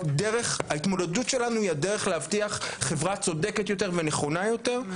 ההתמודדות שלנו היא הדרך להבטיח חברה צודקת יותר ונכונה יותר,